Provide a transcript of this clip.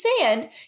sand